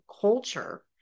culture